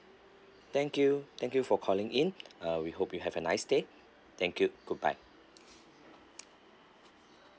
thank you thank you for calling in uh we hope you have a nice day thank you good bye